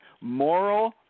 moral